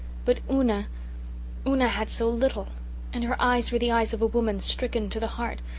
but una una had so little and her eyes were the eyes of a woman stricken to the heart,